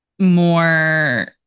more